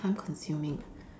time consuming ah